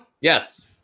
Yes